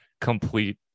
complete